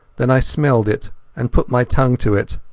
then i smelt it and put my tongue to it.